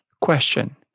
Question